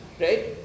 right